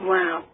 Wow